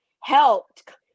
helped